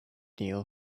deal